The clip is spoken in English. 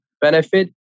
benefit